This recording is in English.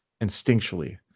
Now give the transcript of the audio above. instinctually